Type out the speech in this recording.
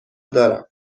دارم